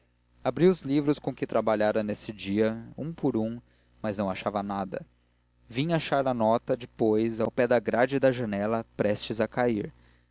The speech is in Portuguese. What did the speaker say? abria os livros com que trabalhara nesse dia um por um mas não achava nada vim achar a nota depois ao pé da grade da janela prestes a cair